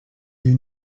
you